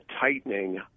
tightening